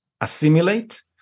assimilate